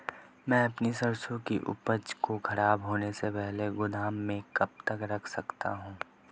मैं अपनी सरसों की उपज को खराब होने से पहले गोदाम में कब तक रख सकता हूँ?